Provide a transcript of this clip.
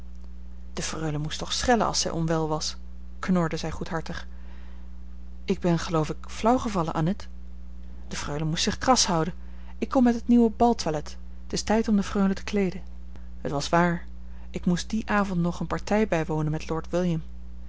de freule moest toch schellen als zij onwel was knorde zij goedhartig ik ben geloof ik flauw gevallen annette de freule moest zich kras houden ik kom met het nieuwe baltoilet t is tijd om de freule te kleeden het was waar ik moest dien avond nog eene partij bijwonen met lord william